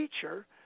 teacher